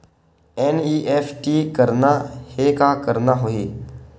NEFT करना हे का करना होही?